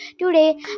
today